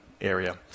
area